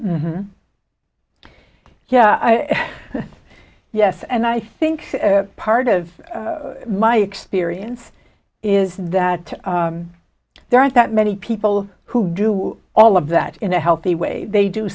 yeah i yes and i think part of my experience is that there aren't that many people who do all of that in a healthy way they do